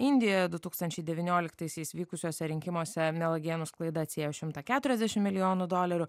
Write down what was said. indijoje du tųkstančiai devynioliktaisiais vykusiuose rinkimuose mielagėnų sklaida atsiėjo šimtą keturiasdešimt milijonų dolerių